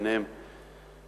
וביניהן